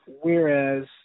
whereas